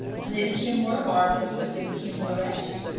and they became more barbarous as they became more wretched.